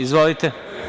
Izvolite.